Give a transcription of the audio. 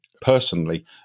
personally